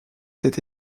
cette